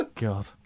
God